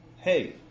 Hey